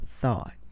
thought